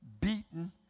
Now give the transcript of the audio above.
beaten